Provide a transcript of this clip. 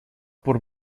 por